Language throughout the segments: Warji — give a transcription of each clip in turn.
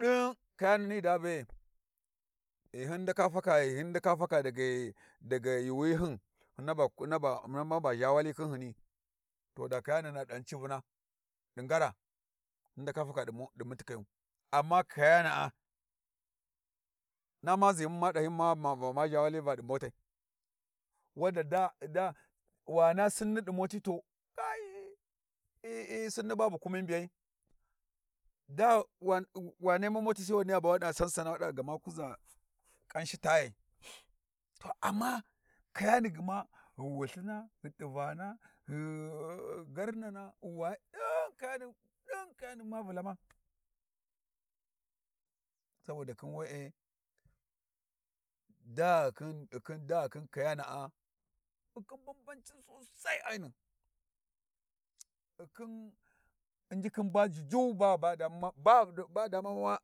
Din kayani ni daa be'e ghi hyin ndaka faka daa ga ghi ma ba zha wali khin hyini, to da kayani hyina gha civina ɗi ngarra, hyin ndaka faka ɗi mutikayu, amma kayana'a na mazimu na dahyi ma ma zha wali di motai wanda da wana sinni di moti to kai hyihyi sinni babu kumi mbiyai, da wana moti sai wani ya bau waɗa sansanau wa kuza kanshi tayai, to amma kayani gma ghu wulthin ghu t'ivana, ghu ghu garnana ghu waye din kayani ɗun kayani ma vullama, saboda khin we'e da ghukhin da ghukhin kayana'a ghukhin banban cin sosai ainun, ghu khin u'njikhin ba juju ba ba damu ba damu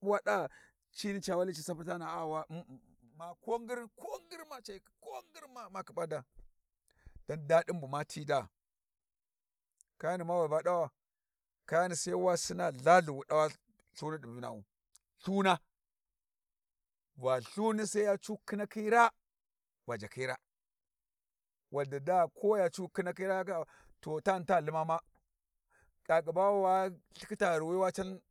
wa da ci ca wali ci sapau a ko ngir ko ngir ma ce ko ngir ma ma khiba daa dan daɗin bu mati daa kayani ma we ba dawawa, kayani sai wa sinna lhalhi wu dawa lthuni ɗi vinawu lthuna, va lthuni sai yacu khinakhi raa va jakkhi raa wandi daa ko ya cu khinakhi raa to tani ta lhima ma kakki ba wa lthikhitta ghirwi wa can.